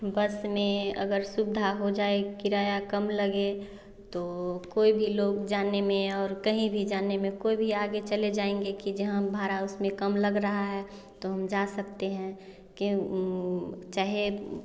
बस में अगर सुविधा हो जाए किराया कम लगें तो कोई भी लोग जाने में और कहीं भी जाने में कोई भी आगे चले जाएंगे की ज भाड़ा उसमे कम लग रहा हैं तो हम जा सकते हैं क्यों चाहें